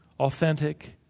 Authentic